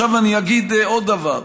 אני אגיד עוד דבר: